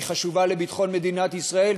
היא חשובה לביטחון מדינת ישראל,